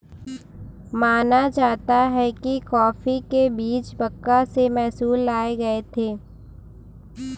माना जाता है कि कॉफी के बीज मक्का से मैसूर लाए गए थे